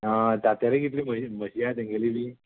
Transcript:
आं जातरीय कितली म्हशी म्हशी हा तेंगेले बी